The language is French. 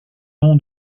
nom